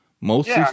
Mostly